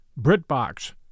BritBox